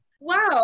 Wow